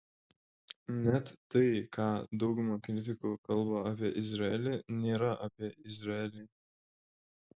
net tai ką dauguma kritikų kalba apie izraelį nėra apie izraelį